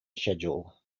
schedule